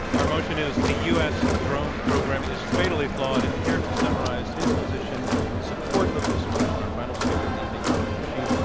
our motion is the u. s. drone program is fatally flawed, and here to summarize his position in support of this motion, our final speaker of the evening, ahmed rashid,